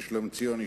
שלומציון.